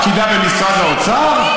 את פקידה במשרד האוצר?